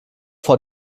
vor